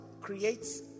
creates